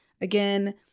Again